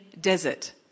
Desert